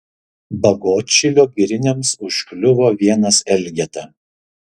bagotšilio giriniams užkliuvo vienas elgeta